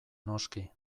noski